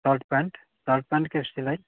shirt pant shirt पैन्टके सिलाइ